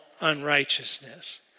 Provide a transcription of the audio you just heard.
unrighteousness